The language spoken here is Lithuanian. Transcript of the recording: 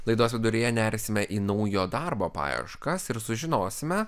laidos viduryje nersime į naujo darbo paieškas ir sužinosime